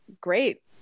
great